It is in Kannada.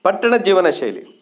ಪಟ್ಟಣದ ಜೀವನ ಶೈಲಿ